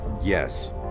Yes